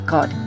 God